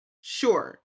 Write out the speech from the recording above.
Sure